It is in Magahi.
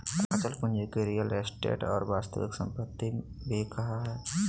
अचल पूंजी के रीयल एस्टेट और वास्तविक सम्पत्ति भी कहइ हइ